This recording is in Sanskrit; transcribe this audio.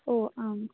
ओ आम्